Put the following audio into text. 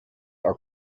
are